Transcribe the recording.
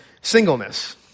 singleness